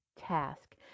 Task